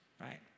right